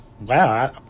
Wow